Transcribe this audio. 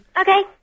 Okay